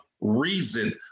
reason